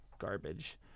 garbage